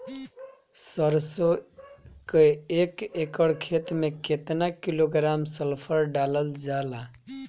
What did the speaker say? सरसों क एक एकड़ खेते में केतना किलोग्राम सल्फर डालल जाला?